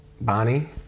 Bonnie